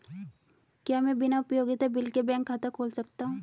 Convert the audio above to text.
क्या मैं बिना उपयोगिता बिल के बैंक खाता खोल सकता हूँ?